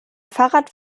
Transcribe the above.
fahrrad